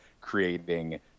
creating